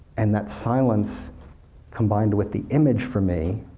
and that silence combined with the image for me,